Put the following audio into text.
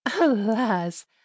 alas